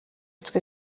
twe